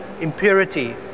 impurity